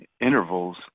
intervals